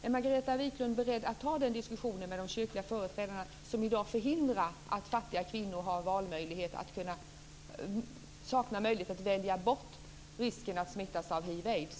Är Margareta Viklund beredd att ta den diskussionen med de kyrkliga företrädare som i dag förhindrar att fattiga kvinnor får möjlighet att välja bort risken att smittas av hiv/aids?